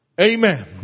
Amen